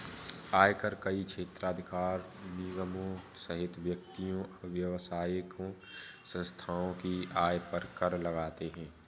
आयकर कई क्षेत्राधिकार निगमों सहित व्यक्तियों, व्यावसायिक संस्थाओं की आय पर कर लगाते हैं